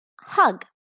hug